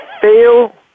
fail